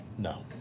No